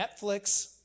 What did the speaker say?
Netflix